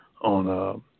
on